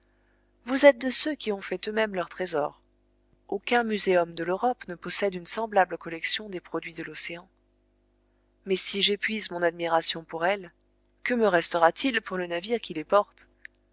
vous êtes de ceux qui ont fait eux-mêmes leur trésor aucun muséum de l'europe ne possède une semblable collection des produits de l'océan mais si j'épuise mon admiration pour elle que me restera-t-il pour le navire qui les porte